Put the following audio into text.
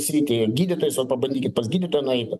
sritį ir gydytojus vat pabandykit pas gydytoją nueiti